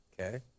Okay